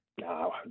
No